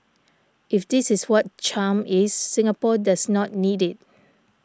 if this is what charm is Singapore does not need it